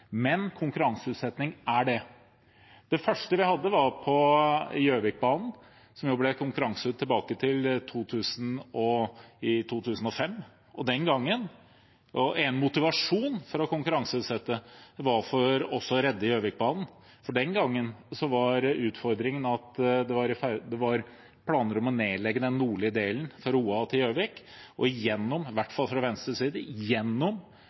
men konkurranseutsetting er et virkemiddel. Det første eksempelet var Gjøvikbanen, som ble konkurranseutsatt i 2005. Den gangen var en motivasjon for å konkurranseutsette å redde Gjøvikbanen. Den gangen var utfordringen at det var planer om å nedlegge den nordlige delen, fra Roa til Gjøvik. Fra Venstres side regnet vi med at vi ville kunne redde banen i de ti årene gjennom